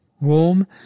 warm